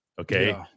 okay